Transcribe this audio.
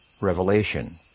revelation